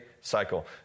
cycle